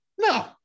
No